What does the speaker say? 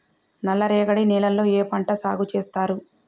నల్లరేగడి నేలల్లో ఏ పంట సాగు చేస్తారు?